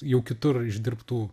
jau kitur išdirbtų